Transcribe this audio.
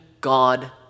God